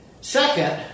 Second